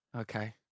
Okay